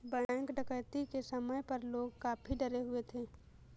bank डकैती के समय पर लोग काफी डरे हुए थे